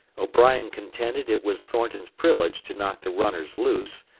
o'brien contended it was thornton's privilege to knock the runners loose,